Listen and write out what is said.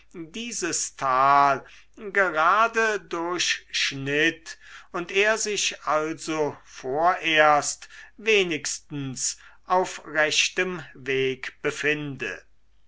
dieses tal gerade durchschnitt und er sich also vorerst wenigstens auf rechtem weg befinde